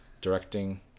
directing